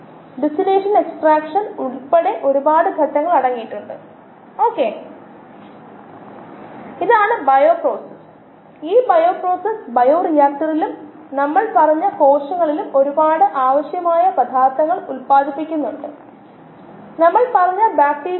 തുടക്കത്തിൽ വളർച്ചാ നിരക്കിനുള്ള എക്സ്പ്രഷനുകൾ നമ്മൾ കണ്ടു rx mu x ന് തുല്യമാണ് rxμx എന്നത് സാഹചര്യത്തെ ആശ്രയിച്ച് ഒരു സ്ഥിരമായിരിക്കാം അല്ലെങ്കിൽ ഉണ്ടാകില്ല പിന്നെ നമ്മൾ പറഞ്ഞു മറ്റ് മോഡലുകൾ ഉണ്ട് ഇതാണ് ലോജിസ്റ്റിക് സമവാക്യം കൂടാതെ ഒരു നൂതന കോഴ്സിൽ ഒരാൾക്ക് ഘടനാപരമായ മോഡലുകൾ വേർതിരിച്ച മോഡലുകൾ എന്നിവയും മറ്റ് പലതും പരിഗണിക്കാം